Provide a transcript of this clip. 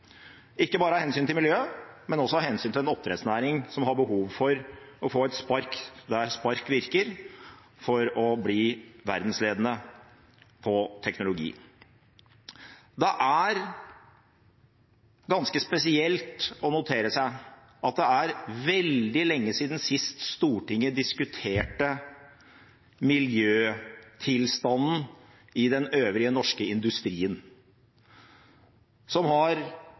ikke bare av hensyn til miljøet, men også av hensyn til en oppdrettsnæring som har behov for å få et spark der spark virker, for å bli verdensledende på teknologi. Det er ganske spesielt å notere seg at det er veldig lenge siden sist Stortinget diskuterte miljøtilstanden i den øvrige norske industrien, som har